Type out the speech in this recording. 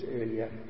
earlier